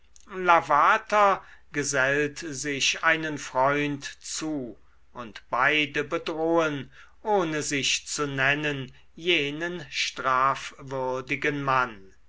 lavater gesellt sich einen freund zu und beide bedrohen ohne sich zu nennen jenen strafwürdigen mann